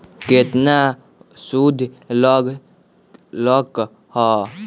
केतना सूद लग लक ह?